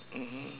mmhmm